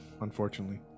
unfortunately